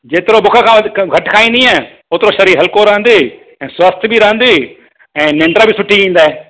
जेतिरो बुख खां वध घटि खाईंदीअ ओतिरो शरीरु हल्को रहंदइ ऐं स्वस्थ बि रहंदीअं ऐं निंड बि सुठी ईंदइ